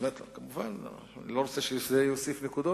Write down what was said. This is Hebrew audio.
כמובן אני לא רוצה שזה יוסיף נקודות,